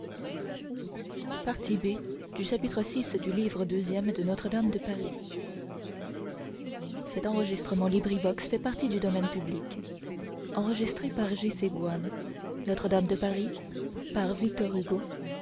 notre-dame de paris